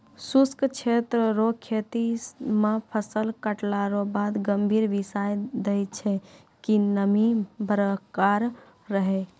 शुष्क क्षेत्र रो खेती मे फसल काटला रो बाद गभोरी बिसाय दैय छै कि नमी बरकरार रहै